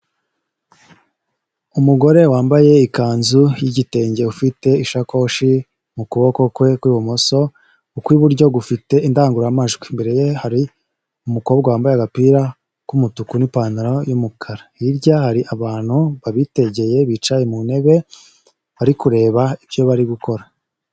Umugore wambaye ikanzu y'igitenge ufite ishakoshi mu kuboko kwe ku ibumoso, uku iburyo gufite indangururamajwi, imbere ye hari umukobwa wambaye agapira k'umutuku n'ipantaro y'umukara, hirya hari abantu babitegeye bicaye mu ntebe bari kureba ibyo bari gukora.